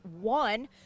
one